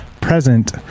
present